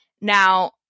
Now